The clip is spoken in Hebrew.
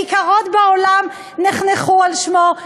כיכרות בעולם נחנכו על שמו,